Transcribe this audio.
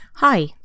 Hi